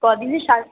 কদিনের সাত